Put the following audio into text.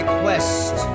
quest